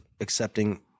accepting